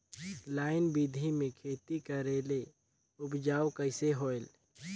Line बिधी ले खेती करेले उपजाऊ कइसे होयल?